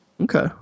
Okay